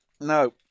No